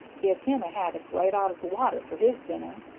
give him a haddock right out of the water for his dinner!